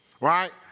right